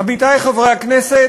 עמיתי חברי הכנסת,